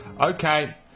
Okay